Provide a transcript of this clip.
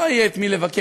לא יהיה את מי לבקר,